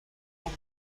and